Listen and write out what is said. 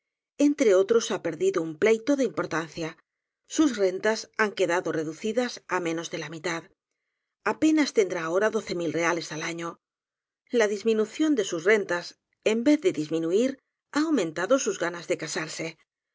entre otros ha perdido un pleito de importancia sus rentas han quedado re ducidas á menos de la mitad apenas tendrá ahora doce mil reales al año la disminución de sus rentas en vez de disminuir ha aumentado sus ganas de casarse